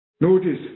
Notice